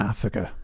Africa